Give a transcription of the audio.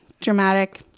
dramatic